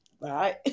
right